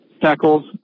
tackles